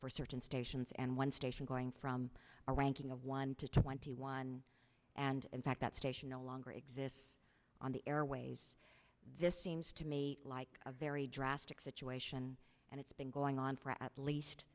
for certain stations and one station going from a ranking of one to twenty one and in fact that station no longer exists on the airways this seems to me like a very drastic situation and it's been going on for at least